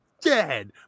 dead